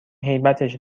هیبتش